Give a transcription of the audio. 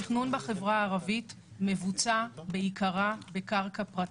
התכנון בחברה הערבית מבוצע בעיקר בקרקע פרטית.